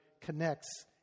connects